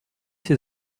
ces